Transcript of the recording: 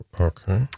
Okay